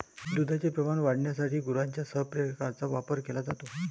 दुधाचे प्रमाण वाढविण्यासाठी गुरांच्या संप्रेरकांचा वापर केला जातो